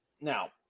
Now